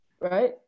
right